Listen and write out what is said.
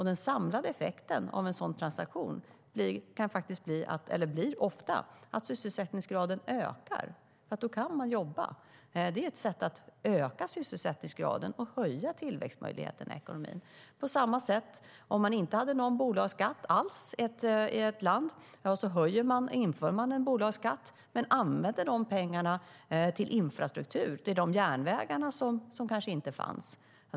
Den samlade effekten av en sådan transaktion blir ofta att sysselsättningsgraden ökar. Då kan man jobba. Det är ett sätt att öka sysselsättningsgraden och höja tillväxtmöjligheterna i ekonomin. På samma sätt är det om det inte finns någon bolagsskatt alls i ett land. Sedan införs en bolagsskatt, och pengarna används sedan till infrastruktur, till exempel de järnvägar som inte finns.